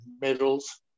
medals